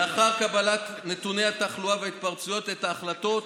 לאחר קבלת נתוני התחלואה והתפרצויות, את ההחלטות,